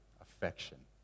affection